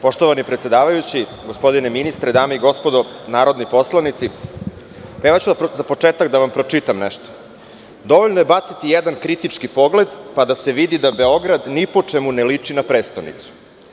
Poštovani predsedavajući, gospodine ministre, dame i gospodo narodni poslanici, za početak ću vam pročitati nešto: „Dovoljno je baciti jedan kritički pogled, pa da se vidi da Beograd ni po čemu ne liči na prestonicu.